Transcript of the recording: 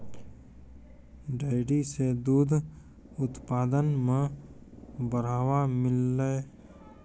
dairy सें दूध उत्पादन म बढ़ावा मिललय